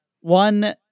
one